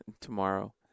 tomorrow